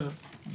השקיות.